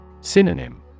Synonym